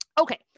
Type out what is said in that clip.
Okay